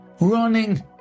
running